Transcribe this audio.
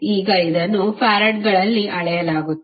ಈಗ ಇದನ್ನು ಫರಾಡ್ಗಳಲ್ಲಿ ಅಳೆಯಲಾಗುತ್ತದೆ